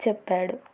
చెప్పాడు